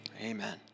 Amen